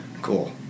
Cool